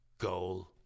Goal